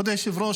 כבוד היושב-ראש,